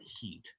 heat